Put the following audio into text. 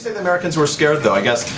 americans were scared, though, i guess.